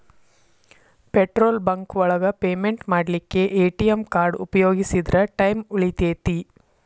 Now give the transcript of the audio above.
petrol bunk ಒಳಗ payment ಮಾಡ್ಲಿಕ್ಕೆ ATM card ಉಪಯೋಗಿಸಿದ್ರ ಟೈಮ್ ಉಳಿತೆತಿ